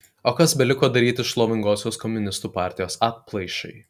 o kas beliko daryti šlovingosios komunistų partijos atplaišai